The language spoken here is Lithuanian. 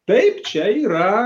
taip čia yra